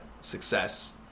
success